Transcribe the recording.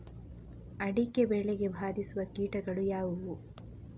ಅಡಿಕೆ ಬೆಳೆಗೆ ಬಾಧಿಸುವ ಕೀಟಗಳು ಯಾವುವು?